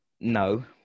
No